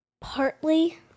Partly